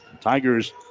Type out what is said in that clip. Tigers